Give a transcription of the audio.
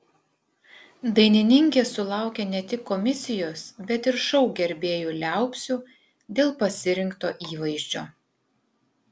dainininkė sulaukė ne tik komisijos bet ir šou gerbėjų liaupsių dėl pasirinkto įvaizdžio